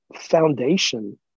foundation